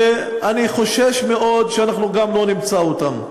ואני חושש מאוד שאנחנו גם לא נמצא אותם.